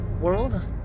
world